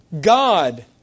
God